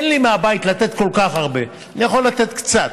אין לי לתת כל כך הרבה מהבית, אני יכול לתת קצת.